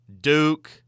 Duke